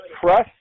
trust